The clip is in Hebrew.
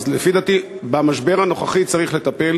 אז לפי דעתי במשבר הנוכחי צריך לטפל,